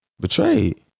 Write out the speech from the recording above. betrayed